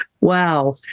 Wow